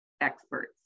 experts